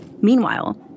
Meanwhile